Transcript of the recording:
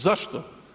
Zašto?